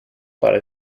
para